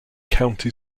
county